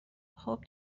خوب